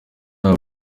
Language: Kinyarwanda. nta